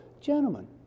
gentlemen